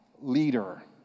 leader